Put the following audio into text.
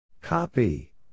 Copy